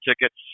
tickets